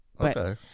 Okay